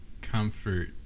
comfort